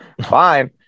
Fine